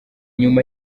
nyuma